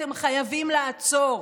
אתם חייבים לעצור.